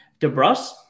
DeBrus